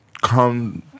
come